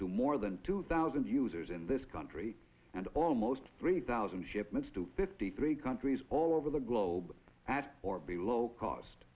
to more than two thousand users in this country and almost three thousand shipments to fifty three countries all over the globe at or below cost